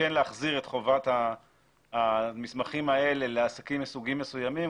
וכן להחזיר את חובת המסמכים האלה לעסקים מסוגים מסוימים,